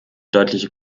deutliche